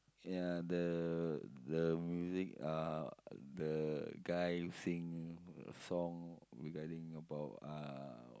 ya the the music uh the guy singing song regarding about uh